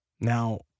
Now